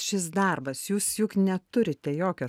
šis darbas jūs juk neturite jokio